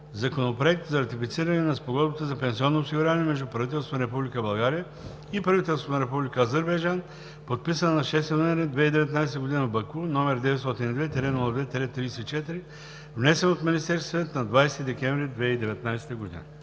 Законопроект за ратифициране на Спогодбата за пенсионно осигуряване между правителството на Република България и правителството на Република Азербайджан, подписана на 6 ноември 2019 г. в Баку, № 902-02-34, внесен от Министерския съвет на 20 декември 2019 г.“